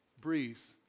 breeze